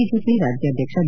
BJP ರಾಜ್ಯಾಧ್ಯಕ್ಷ B